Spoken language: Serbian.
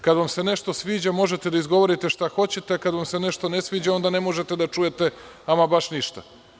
Kada vam se nešto sviđa, možete da izgovorite šta hoćete, a kada vam se nešto ne sviđa, onda ne možete da čujete ama baš ništa.